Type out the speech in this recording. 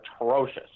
atrocious